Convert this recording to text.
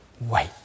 wait